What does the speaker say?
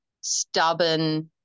stubborn